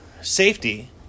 safety